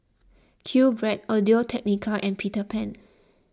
Qbread Audio Technica and Peter Pan